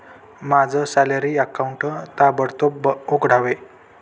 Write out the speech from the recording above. माझं salary account ताबडतोब उघडावे